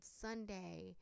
Sunday